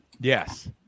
Yes